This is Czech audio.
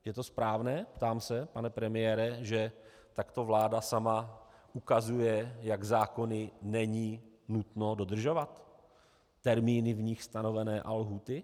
Je to správné, ptám se, pane premiére, že takto vláda sama ukazuje, jak zákony není nutno dodržovat, termíny v nich stanovené a lhůty?